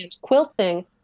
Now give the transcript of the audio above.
quilting